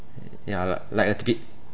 yeah like like a bit